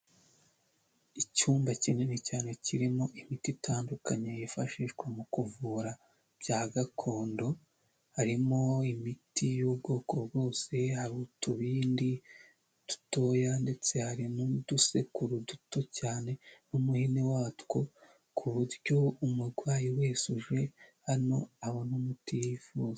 Icyumba kinini cyane kirimo imiti itandukanye yifashishwa mu kuvura bya gakondo, harimo imiti y'ubwoko bwose, hari utubindi dutoya, ndetse hari n'udusekuru duto cyane n'umuhini watwo, ku buryo umurwayi wese uje hano abona umuti yifuza.